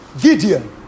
Gideon